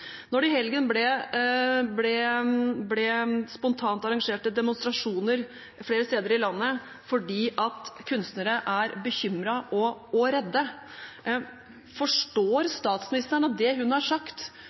når det i helgen spontant ble arrangert demonstrasjoner flere steder i landet fordi kunstnere er bekymret og redde – forstår statsministeren da at det hun har sagt,